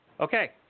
Okay